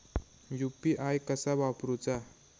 UPI कसा वापरूचा?